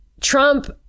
Trump